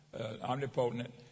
omnipotent